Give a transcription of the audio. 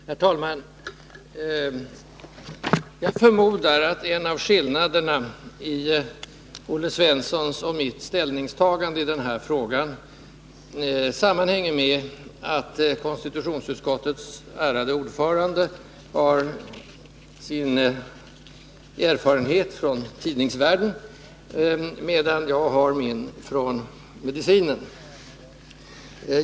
Herr talman! Jag förmodar att en av skillnaderna mellan Olle Svenssons och mitt ställningstagande i denna fråga sammanhänger med att konstitutionsutskottets ärade ordförande har sin erfarenhet från tidningsvärlden, medan jag har min från medicinen.